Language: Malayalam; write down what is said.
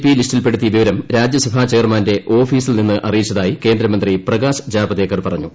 പി ലിസ്റ്റിൽപെടുത്തിയ വിവരം രാജ്യസഭാ ചെയർമാന്റെ ഓഫീസിൽ നിന്ന് അറിയിച്ചതായി കേന്ദ്രമന്ത്രി പ്രകാശ് ജാവദേക്കർ പറഞ്ഞു